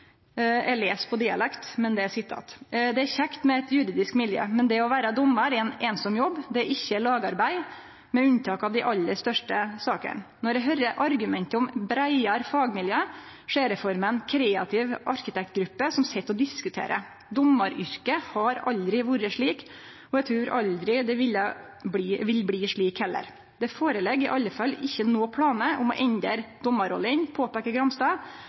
jeg hører argumentet om bredere fagmiljøer, ser jeg for meg en kreativ arkitektgruppe som sitter og diskuterer. Dommeryrket har aldri vært slik, og jeg tror aldri det vil bli slik heller. Det foreligger i alle fall ikke noen planer om å endre dommerrollen, påpeker Gramstad,